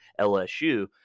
LSU